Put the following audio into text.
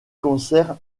concert